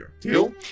Deal